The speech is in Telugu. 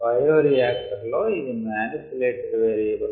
బయోరియాక్టర్ లో ఇది మానిప్యులేటెడ్ వేరియబుల్